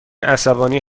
عصبانی